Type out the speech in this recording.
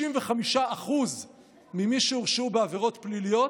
55% ממי שהורשעו בעבירות פליליות